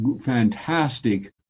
fantastic